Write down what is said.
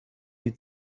die